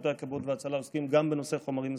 שירותי הכבאות וההצלה עוסקים גם בנושא חומרים מסוכנים.